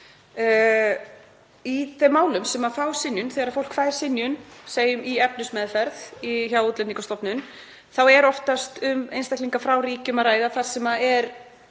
Í þeim málum sem fá synjun, þegar fólk fær synjun, segjum í efnismeðferð hjá Útlendingastofnun, þá er oftast um einstaklinga frá ríkjum að ræða þar sem er